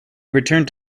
returned